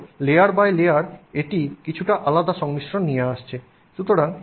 যদিও layer by layer এটি কিছুটা আলাদা সংমিশ্রণ নিয়ে আসছে